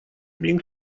being